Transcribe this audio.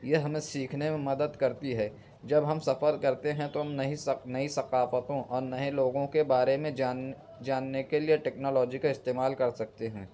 یہ ہمیں سیکھنے میں مدد کرتی ہے جب ہم سفر کرتے ہیں تو ہم نہیں ثق نئی ثقافتوں اور نئے لوگوں کے بارے میں جان جاننے کے لئے ٹیکنالوجی کا استعمال کر سکتے ہیں